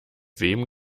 wem